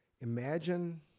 imagine